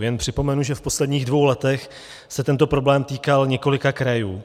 Jen připomenu, že v posledních dvou letech se tento problém týkal několika krajů.